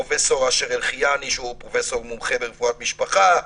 פרופ' אשר אלחיאני שהוא פרופ' מומחה ברפואת משפחה,